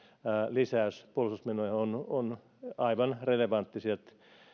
lisäys puolustusmenoihin on aivan relevantti siellä